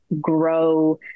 grow